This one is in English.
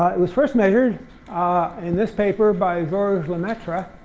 it was first measured in this paper by george lemaitre